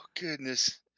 goodness